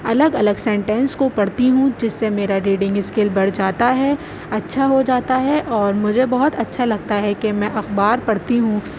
الگ الگ سینٹنس کو پڑھتی ہوں جس سے میرا ریڈنگ اسکل بڑھ جاتا ہے اچھا ہو جاتا ہے اور مجھے بہت اچھا لگتا ہے کہ میں اخبار پڑھتی ہوں